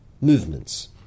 Movements